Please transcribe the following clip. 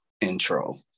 intro